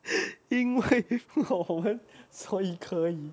因为我们所以可以